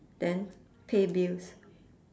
then pay bills